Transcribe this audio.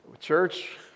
Church